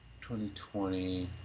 2020